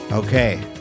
Okay